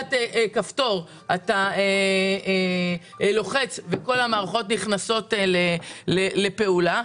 שבלחיצת כפתור אתה לוחץ וכל המערכות נכנסות לפעולה.